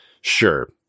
sure